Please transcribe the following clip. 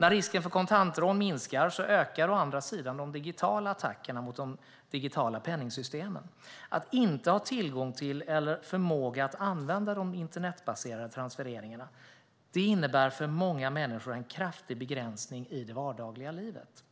När risken för kontantrån minskar ökar å andra sidan de digitala attackerna mot de digitala penningsystemen. Att inte ha tillgång till eller förmåga att använda internetbaserade transfereringar innebär för många människor en kraftig begränsning i det vardagliga livet.